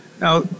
Now